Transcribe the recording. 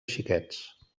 xiquets